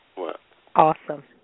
Awesome